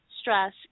stress